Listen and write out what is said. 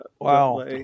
Wow